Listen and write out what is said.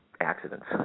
accidents